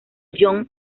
john